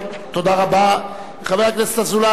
חבר הכנסת אזולאי,